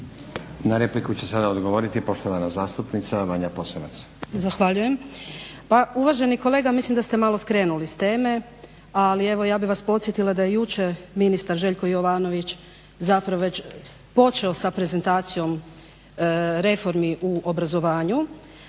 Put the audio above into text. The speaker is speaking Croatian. Na repliku će sada odgovoriti poštovana zastupnica Vanja Posavac. **Posavac, Vanja (SDP)** Zahvaljujem. Pa uvaženi kolega mislim da ste malo skrenuli s teme ali evo ja bih vas podsjetila da jučer ministar Željko Jovanović zapravo već počeo sa prezentacijom reformi u obrazovanju,